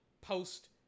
post